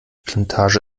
plantage